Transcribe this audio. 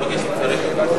תודה רבה.